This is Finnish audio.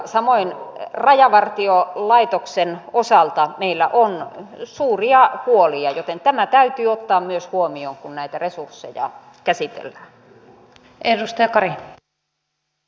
samoin rajavartiolaitoksen osalta meillä on suuria huolia joten tämä täytyy ottaa myös huomioon kun näitä resursseja käsitellään